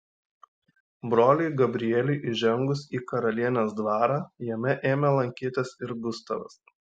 broliui gabrieliui įžengus į karalienės dvarą jame ėmė lankytis ir gustavas